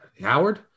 Howard